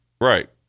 Right